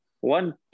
one